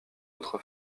autre